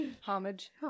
homage